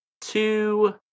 two